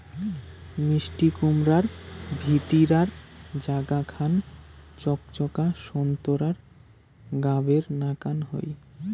মিষ্টিকুমড়ার ভিতিরার জাগা খান চকচকা সোন্তোরা গাবের নাকান হই